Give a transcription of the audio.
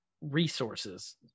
resources